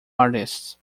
artists